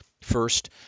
first